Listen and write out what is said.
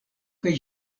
kaj